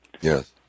yes